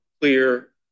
clear